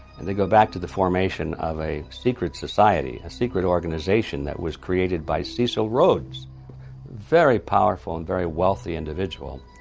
and they go back to the formation of a secret society, a secret organization that was created by cecil rhodes, a very powerful and very wealthy individual.